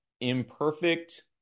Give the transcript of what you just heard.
imperfect